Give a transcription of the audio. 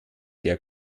der